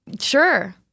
Sure